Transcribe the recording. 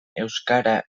euskara